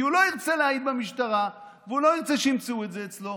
כי הוא לא ירצה להעיד במשטרה והוא לא ירצה שימצאו את זה אצלו,